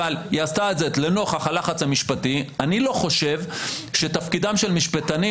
אבל היא עשתה זאת לנוכח הלחץ המשפטי אני לא חושב שתפקידם של משפטנים